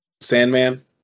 sandman